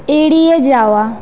এড়িয়ে যাওয়া